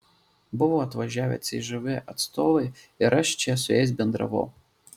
buvo atvažiavę cžv atstovai ir aš čia su jais bendravau